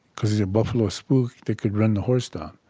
because if the buffalo spook they could run the horse down.